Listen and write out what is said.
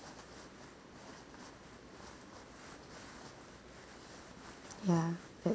ya that